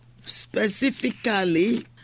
specifically